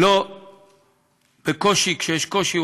כשיש קושי,